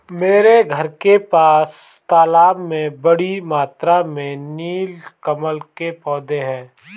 मेरे घर के पास के तालाब में बड़ी मात्रा में नील कमल के पौधें हैं